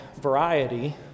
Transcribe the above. variety